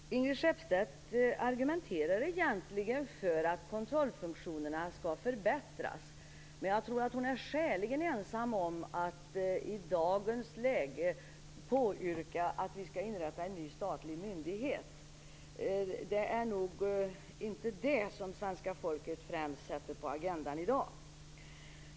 Fru talman! Ingrid Skeppstedt argumenterar egentligen för att kontrollfunktionerna skall förbättras, men jag tror att hon är skäligen ensam om att i dagens läge påyrka att vi skall inrätta en ny statlig myndighet. Det är nog inte det som svenska folket sätter främst på agendan i dag.